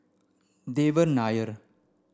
Devan Nair